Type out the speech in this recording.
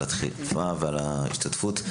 הדחיפה והשתתפות.